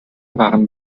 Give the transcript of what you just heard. waren